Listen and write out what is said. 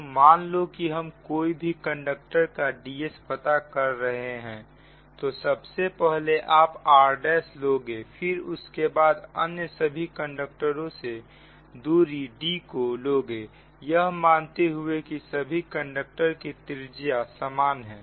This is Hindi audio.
तो मानो कि हम कोई भी कंडक्टर का Ds पता कर रहे हैं तो सबसे पहले आप r' लोगे फिर उसके बाद अन्य सभी कंडक्टर से दूरी d को लोगे यह मानते हुए की सभी कंडक्टर की त्रिज्या समान है